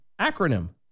acronym